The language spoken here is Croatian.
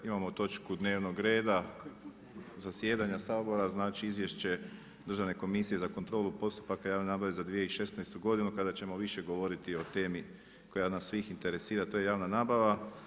Imamo točku dnevnog reda zasjedanja Sabora, znači Izvješće Državne komisije za kontrolu postupaka javne nabave za 2016. godinu kada ćemo više govoriti o temi koja nas svih interesira, a to je javna nabava.